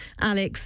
Alex